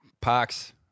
Parks